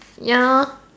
ya